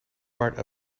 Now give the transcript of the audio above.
part